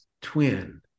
twin